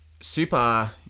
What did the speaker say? super